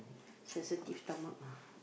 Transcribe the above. sensitive stomach ah